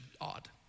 odd